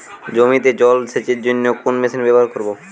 জমিতে জল সেচের জন্য কোন মেশিন ব্যবহার করব?